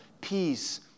peace